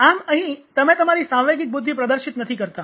આમ અહીં તમે તમારી સાંવેગિક બુદ્ધિ પ્રદર્શિત નથી કરતાં